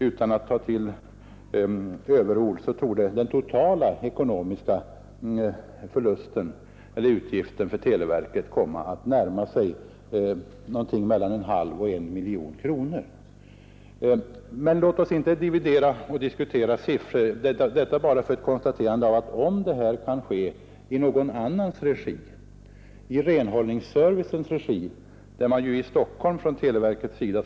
Utan att ta till överord kan man säga att den totala ekonomiska förlusten — eller utgiften — för televerket torde komma att närma sig någonting mellan en halv och en miljon kronor. Men låt oss inte diskutera siffror. Jag vill bara nämna detta för att konstatera att ett insamlande i någon annans regi — exempelvis i renhållningsservicens regi — naturligtvis kan ske på ett lika riktigt sätt som om televerket sköter det hela.